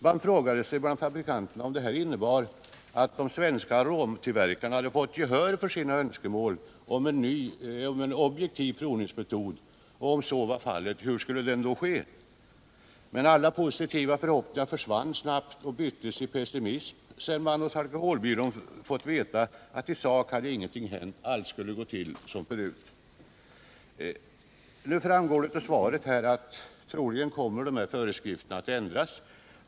Man frågade sig bland fabrikanterna om detta innebar att de svenska aromtillverkarna hade fått gehör för sina önskemål om en objektiv provningsmetod och, om så var fallet, hur provningen nu skulle ske. Alla positiva förhoppningar försvann snabbt och byttes i pessimism sedan man hos alkoholbyrån fått veta att isak hade ingenting hänt — allt skulle gå till som förut. Nu framgår det av svaret att de här föreskrifterna troligen kommer att ändras.